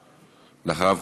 אחריו,